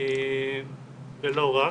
ולא רק,